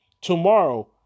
tomorrow